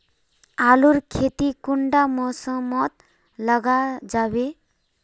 आलूर खेती कुंडा मौसम मोत लगा जाबे?